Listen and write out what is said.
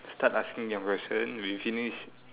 start asking your question we finish